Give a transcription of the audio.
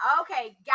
okay